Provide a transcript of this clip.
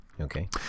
Okay